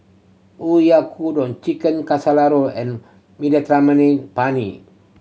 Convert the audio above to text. Oyakodon Chicken and Penne